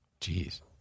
Jeez